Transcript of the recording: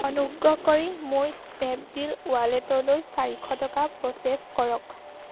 অনুগ্ৰহ কৰি মোৰ স্নেপডীল ৱালেটলৈ চাৰিশ টকা প্ৰ'চেছ কৰক